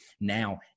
now